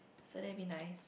yesterday it'll be nice